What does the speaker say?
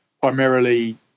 primarily